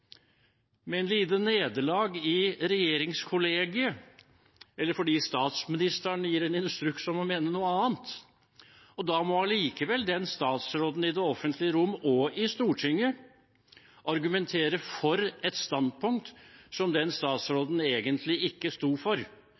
nederlag i regjeringskollegiet eller fordi statsministeren gir en instruks om å mene noe annet. Da må allikevel den statsråden i det offentlige rom og i Stortinget argumentere for et standpunkt som den statsråden egentlig ikke står for,